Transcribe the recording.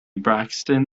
braxton